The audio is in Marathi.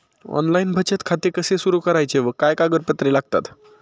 ऑनलाइन बचत खाते कसे सुरू करायचे व काय कागदपत्रे लागतात?